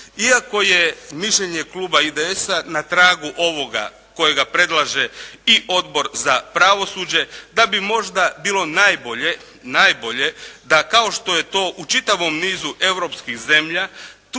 iako je mišljenje kluba IDS-a na tragu ovoga kojega predlaže i Odbor za pravosuđe da bi možda bilo najbolje da kao što je to u čitavom nizu europskih zemlja